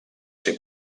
ser